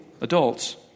adults